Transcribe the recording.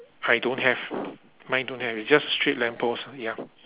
I don't have mine don't have it's just straight lamppost ya